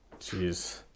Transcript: Jeez